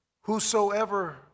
Whosoever